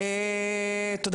תודה